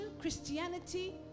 Christianity